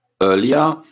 earlier